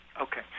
Okay